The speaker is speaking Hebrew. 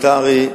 הפרלמנטרי,